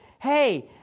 Hey